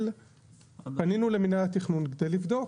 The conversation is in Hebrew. אבל פנינו למנהל התכנון כדי לבדוק,